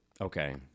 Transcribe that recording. okay